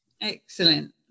Excellent